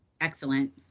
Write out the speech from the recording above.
Excellent